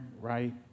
right